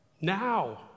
now